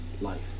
life